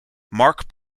mark